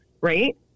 right